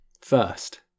First